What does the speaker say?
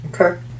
Okay